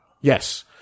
Yes